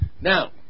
now